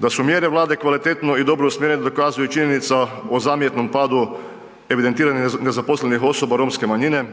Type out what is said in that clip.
Da su mjere Vlade kvalitetno i dobro usmjerene dokazuje i činjenica o zamjetnom padu evidentiranih nezaposlenih osoba romske manjine,